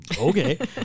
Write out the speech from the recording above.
Okay